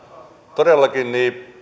todellakin